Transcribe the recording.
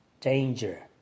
danger